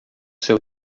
seu